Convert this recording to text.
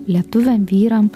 lietuviam vyram